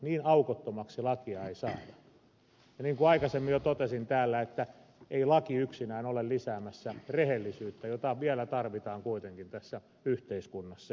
niin aukottomaksi lakia ei saada ja niin kuin aikaisemmin jo totesin täällä ei laki yksinään ole lisäämässä rehellisyyttä jota vielä tarvitaan kuitenkin tässä yhteiskunnassa